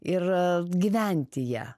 ir gyventi ja